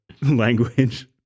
language